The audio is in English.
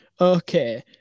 okay